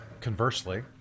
Conversely